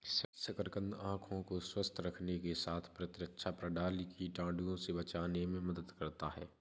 शकरकंद आंखों को स्वस्थ रखने के साथ प्रतिरक्षा प्रणाली, कीटाणुओं से बचाने में मदद करता है